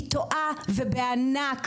היא טועה ובענק,